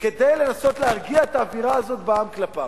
כדי לנסות להרגיע את האווירה הזאת בעם כלפיו.